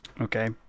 okay